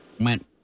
went